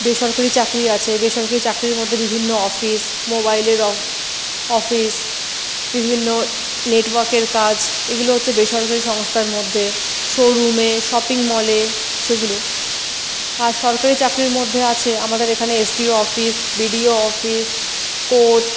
বেসরকারি চাকরি আছে বেসরকারি চাকরির মধ্যে বিভিন্ন অফিস মোবাইলের অ অফিস বিভিন্ন নেটওয়ার্কের কাজ এগুলো হচ্ছে বেসরকারি সংস্থার মধ্যে শো রুমে শপিংমলে সেগুলো আর সরকারি চাকরির মধ্যে আছে আমাদের এখানে H D O office B D O office court